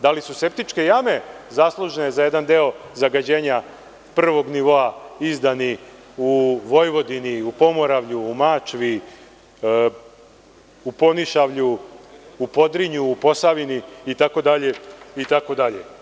Da li su septičke jame zaslužne za jedan deo zagađenja prvog nivoa, izdani u Vojvodini, u Pomoravlju, u Mačvi, u Podnišavlju, u Podrinju, u Posavini itd, itd?